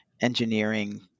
engineering